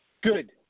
Good